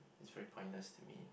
it's very pointless to me